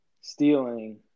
stealing